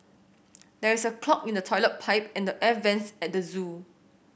there is a clog in the toilet pipe and the air vents at the zoo